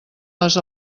les